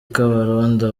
kabarondo